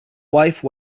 wife